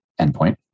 endpoint